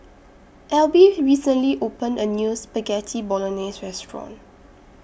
Elby recently opened A New Spaghetti Bolognese Restaurant